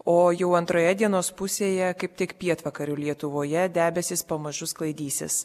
o jau antroje dienos pusėje kaip tik pietvakarių lietuvoje debesys pamažu sklaidysis